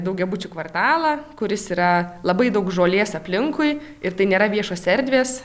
daugiabučių kvartalą kuris yra labai daug žolės aplinkui ir tai nėra viešos erdvės